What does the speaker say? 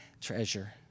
treasure